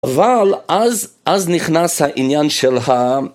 אבל אז, אז נכנס העניין של ה...